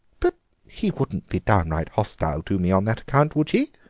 but he wouldn't be downright hostile to me on that account, would he?